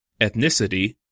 ethnicity